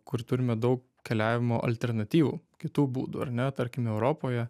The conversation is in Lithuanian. kur turime daug keliavimo alternatyvų kitų būdų ar ne tarkime europoje